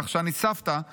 כך שאני סבתא לנכד,